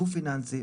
גוף פיננסי,